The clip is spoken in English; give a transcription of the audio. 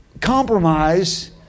compromise